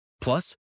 Plus